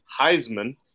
Heisman